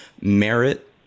merit